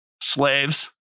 slaves